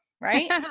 Right